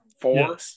Four